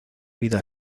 vida